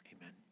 Amen